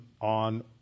on